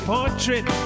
portrait